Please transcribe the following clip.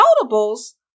notables